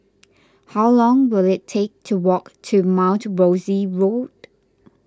how long will it take to walk to Mount Rosie Road